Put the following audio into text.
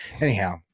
Anyhow